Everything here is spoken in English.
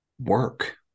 work